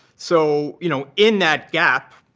so you know in that gap,